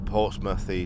Portsmouth